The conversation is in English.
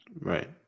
Right